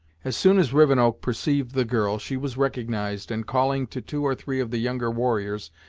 as soon as rivenoak perceived the girl, she was recognised, and calling to two or three of the younger warriors,